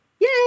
Yay